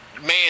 man